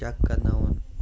check کَرناوُن